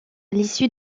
l’issue